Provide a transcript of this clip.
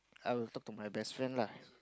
I will talk to my best friend lah